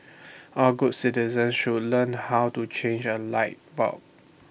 all good citizen should learn how to change A light bulb